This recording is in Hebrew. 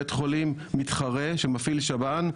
בית חולים מתחרה שמפעיל שב"ן,